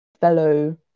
fellow